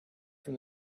from